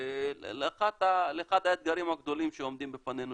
לאחד האתגרים הגדולים שעומדים בפנינו,